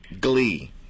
Glee